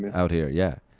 out here, yeah.